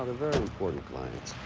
very important clients.